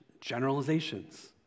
generalizations